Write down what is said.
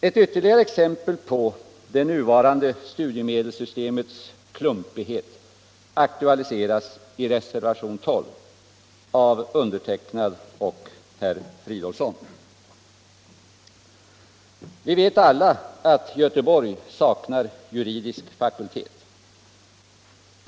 Ett ytterligare exempel på det nuvarande studiemedelssystemets klum Vi vet alla att Göteborg saknar juridisk fakultet.